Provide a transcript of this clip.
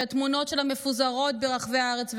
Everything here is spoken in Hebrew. שתמונות שלה מפוזרות ברחבי הארץ והעולם.